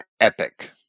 epic